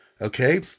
okay